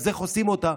אז איך עושים אותה?